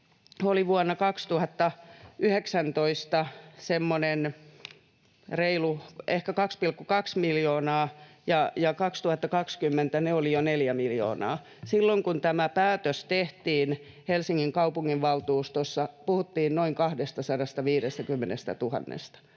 vuonna 2019 semmoinen ehkä reilu 2,2 miljoonaa ja 2020 se oli jo 4 miljoonaa. Silloin kun tämä päätös tehtiin Helsingin kaupunginvaltuustossa, puhuttiin noin 250